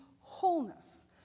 wholeness